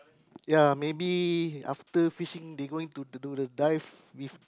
ya maybe after fishing they going to dive with